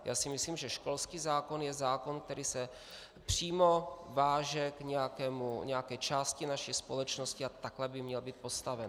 Já si myslím, že školský zákon je zákon, který se přímo váže k nějaké části naší společnosti, a takhle by měl být postaven.